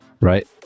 right